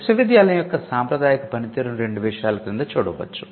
విశ్వవిద్యాలయం యొక్క సాంప్రదాయిక పనితీరును రెండు విషయాల క్రింద చూడవచ్చు